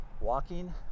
walking